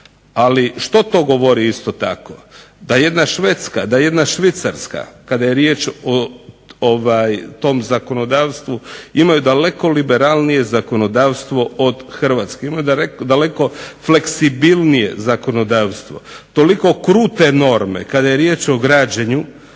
Ali što to govori isto tako da jedna Švedska, da jedna Švicarska da kada je riječ o tom zakonodavstvu imaju daleko liberalnije zakonodavstvo od Hrvatske, imaju daleko fleksibilnije zakonodavstvo. Toliko krute norme kada je riječ o građenju